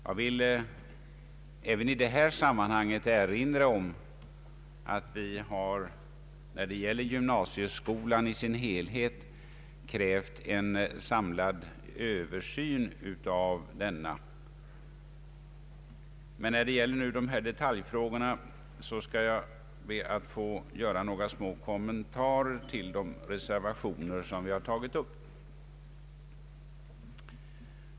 Jag vill även i detta sammanhang erinra om att vi beträffande gymnasieskolan i dess helhet har krävt en samlad översyn. När det gäller de berörda detaljerna skall jag be att få göra några kommentarer till de reservationer som vi fogat till statsutskottets utlåtande nr 222.